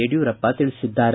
ಯಡಿಯೂರಪ್ಪ ತಿಳಿಸಿದ್ದಾರೆ